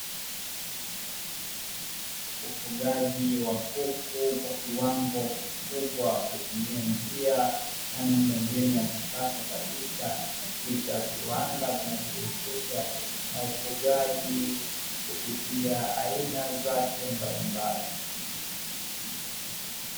Ufugaji wa kuku kwa kiwango kikubwa ukitumia njia ya miundo mbinu ya kisasa katika kiwanda kinacho jihusisha na ufugaji kupitia aina zake mbalimbali.